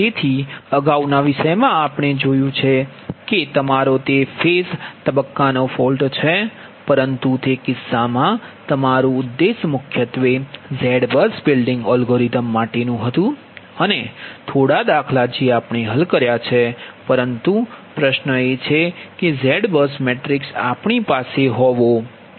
તેથી અગાઉના વિષયમાં આપણે જોયું છે કે તમારો તે ફેઝ તબક્કા નો ફોલ્ટ છે પરંતુ તે કિસ્સામાં અમારું ઉદ્દેશ મુખ્યત્વે ZBUS બિલ્ડિંગ અલ્ગોરિધમ માટે નુ હતું અને થોડા દાખલા જે આપણે હલ કર્યા છે પરંતુ પ્રશ્ન એ છે કે ZBUS મેટ્રિક્સ આપણી પાસે હોવો જોઈએ